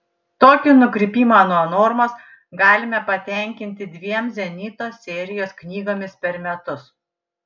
tokį nukrypimą nuo normos galime patenkinti dviem zenito serijos knygomis per metus